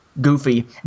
goofy